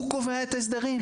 הוא קובע את ההסדרים,